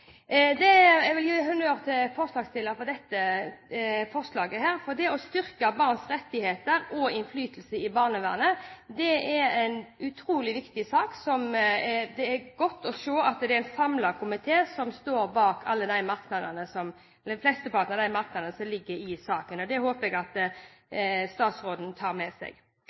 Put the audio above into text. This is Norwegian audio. det. Jeg vil gi honnør til forslagsstillerne for dette forslaget, for det å styrke barns rettigheter og innflytelse i barnevernet er en utrolig viktig sak, og det er godt å se at det er en samlet komité som står bak flesteparten av de merknadene som ligger i saken. Det håper jeg at statsråden tar med seg.